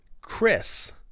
Chris